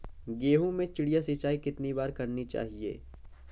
गेहूँ में चिड़िया सिंचाई कितनी बार करनी चाहिए?